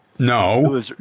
No